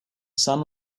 sun